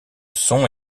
son